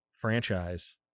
franchise